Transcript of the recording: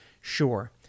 Sure